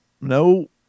No